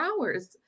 hours